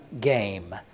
game